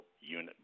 unit